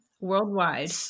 Worldwide